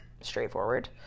straightforward